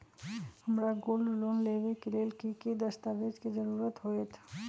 हमरा gold loan लेबे के लेल कि कि दस्ताबेज के जरूरत होयेत?